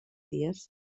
dies